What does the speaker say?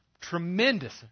tremendous